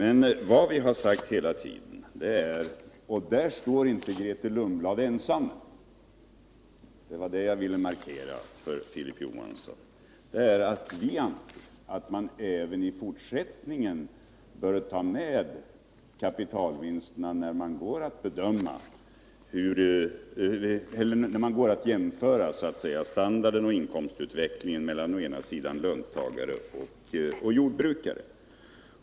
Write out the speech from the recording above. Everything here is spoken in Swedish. Vad vi hela tiden har framhållit — och i den frågan står inte Grethe Lundblad ensam, det vill jag markera för Filip Johansson — är att vi anser att man även i fortsättningen bör ta med kapitalvinsterna när man går att jämföra standarden och inkomstutvecklingen mellan å ena sidan löntagare och å andra sidan jordbrukare.